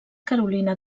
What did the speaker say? carolina